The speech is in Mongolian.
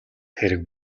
хэрэг